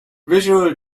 visual